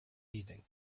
meeting